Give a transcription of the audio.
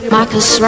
Marcus